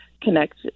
connect